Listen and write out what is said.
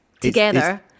together